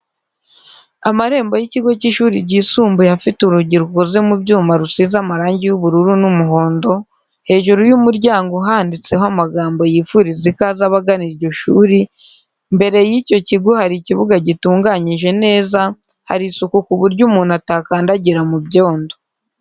Amarembo y'ikigo cy'ishuri ryisumbuye afite urugi rukoze mu byuma rusize marangi y'ubururu n'umuhondo, hejuru y'umuryango handitseho amagambo yifuriza ikaze abagana iryo shuri, imbere y'icyo kigo hari ikibuga gitunganyije neza hari isuku ku buryo umuntu atakandagira mu byondo.